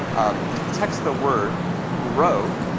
um, text the word grow,